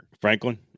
Franklin